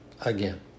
Again